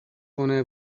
کنه